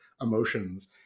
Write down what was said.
emotions